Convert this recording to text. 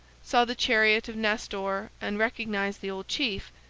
saw the chariot of nestor and recognized the old chief,